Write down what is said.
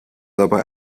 dabei